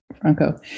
Franco